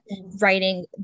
writing